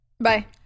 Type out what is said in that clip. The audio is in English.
Bye